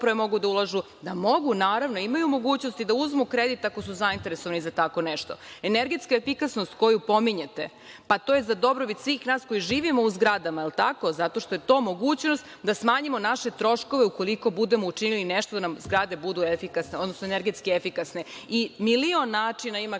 mogu da ulažu, da mogu, naravno imaju mogućnosti da uzmu kredit ako su zainteresovani za tako nešto. Energetska efikasnost koju pominjete. Pa, to je za dobrobit svih nas koji živimo u zgradamo. Da li je tako? Zato što je to mogućnost da smanjimo naše troškove ukoliko budemo učinili nešto da nam zgrade budu efikasne, odnosno energetske efikasne i milion načina ima